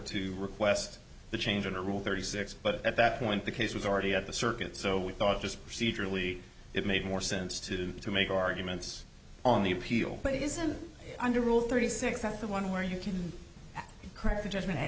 to request the change in or rule thirty six but at that point the case was already at the circuit so we thought just procedurally it made more sense to to make arguments on the appeal but it isn't under rule thirty six that's the one where you can craft a judgment at